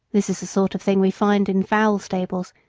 this is the sort of thing we find in foul stables,